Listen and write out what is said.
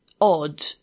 odd